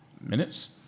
minutes